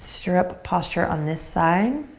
stirrup posture on this side.